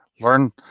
learn